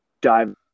dive